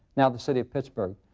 now the city of pittsburgh.